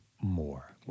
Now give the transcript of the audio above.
more